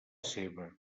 seva